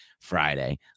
Friday